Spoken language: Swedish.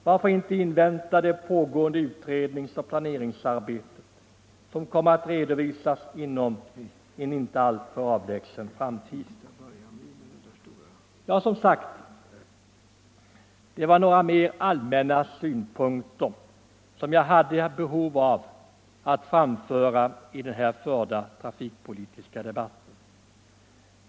Varför inte invänta det pågående utredningsoch planeringsarbetet, som kommer att redovisas inom en inte alltför avlägsen framtid? Herr talman! Detta var några allmänna synpunkter, som jag hade behov av att framföra i denna trafikpolitiska debatt.